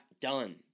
done